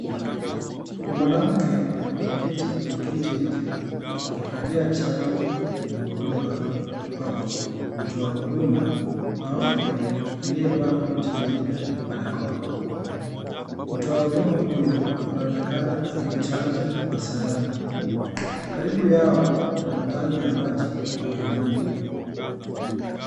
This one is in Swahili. Ni mwanamke ameketi kwenye kiti nje akipokea chanjo kwenye mkono wake kutoka kwa mtoa huduma wa afya, aliyevaa koti jeupe na barakoa. Mtoa huduma huyo anaonekana akimchanja kwa sindano. Karibu yao, kuna tanki la maji la bluu.